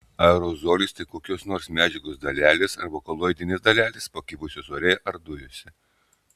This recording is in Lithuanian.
aerozolis tai kokios nors medžiagos dalelės arba koloidinės dalelės pakibusios ore ar dujose